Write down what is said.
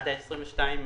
עד ה-22 ביולי.